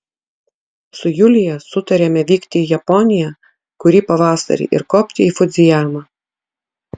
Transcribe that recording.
su julija sutarėme vykti į japoniją kurį pavasarį ir kopti į fudzijamą